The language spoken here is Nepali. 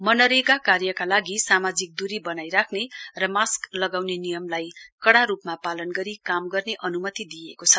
मनरेगा कार्यका लागि सामाजिक दूरी बनाइ राख्ने र सास्क लगाउने नियमलाई कड़ा रूपमा पालन गरी काम गर्ने अनुमति दिइएको छ